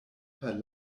per